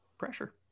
Pressure